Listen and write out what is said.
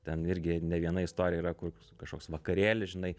ten irgi ne viena istorija yra kur kažkoks vakarėlis žinai